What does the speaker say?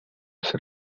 ser